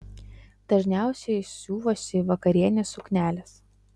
dažniausiai siuvuosi vakarines sukneles